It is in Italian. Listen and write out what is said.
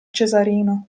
cesarino